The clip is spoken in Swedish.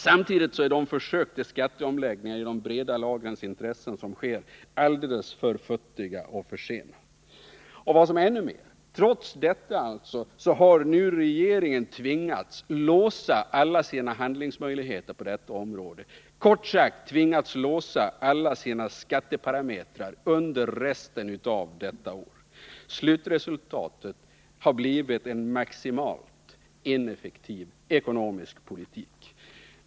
Samtidigt är de försök till skatteomläggningar i de breda lagrens intresse som sker alldeles för futtiga och för sent tillkomna. Värre är att regeringen nu har tvingats låsa alla sina handlingsmöjligheter på detta område. Den har, kort sagt, tvingats låsa sina skatteparametrar under resten av detta år. Slutresultatet har blivit en maximalt ineffektiv ekonomisk politik.